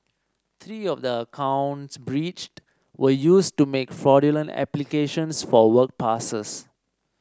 three of the accounts breached were used to make fraudulent applications for work passes